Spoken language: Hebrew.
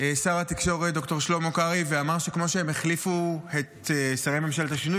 שר התקשורת ד"ר שלמה קרעי ואמר שכמו שהם החליפו את שרי ממשלת השינוי,